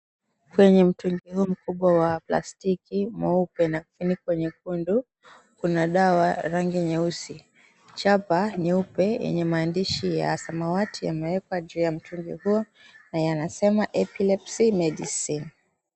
Kwenye mtungi huu mkubwa wa plastiki mweupe na kifuniko nyekundu kuna dawa rangi nyeusi, chapa nyeupe yenye maandishi ya samawati yameekwa juu ya mtungi huo na yanasema Epilepsy Medicine.